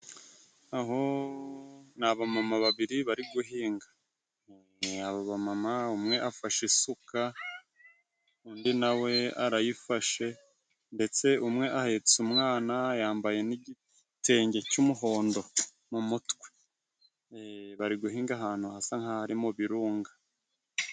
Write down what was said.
Aho ni abamama babiri bari guhinga. Abo bamama umwe afashe isuka, undi nawe arayifashe, ndetse umwe ahetse umwana yambaye n'igitenge cy'umuhondo mu mutwe. Bari guhinga ahantu hasa nka ho ari mu birunga.